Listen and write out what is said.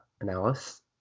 analysis